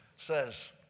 says